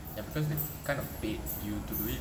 ya because they kind of paid due to do it